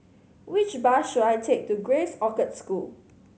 which bus should I take to Grace Orchard School